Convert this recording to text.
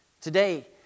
Today